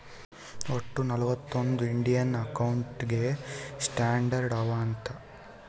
ವಟ್ಟ ನಲ್ವತ್ ಒಂದ್ ಇಂಡಿಯನ್ ಅಕೌಂಟಿಂಗ್ ಸ್ಟ್ಯಾಂಡರ್ಡ್ ಅವಾ ಅಂತ್